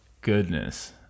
goodness